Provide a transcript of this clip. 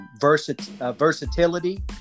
versatility